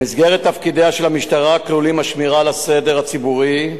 במסגרת תפקידיה של המשטרה כלולים השמירה על הסדר ציבורי,